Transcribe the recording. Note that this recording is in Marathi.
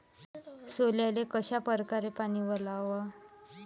सोल्याले कशा परकारे पानी वलाव?